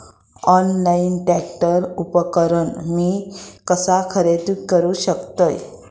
Online tractor उपकरण मी कसा खरेदी करू शकतय?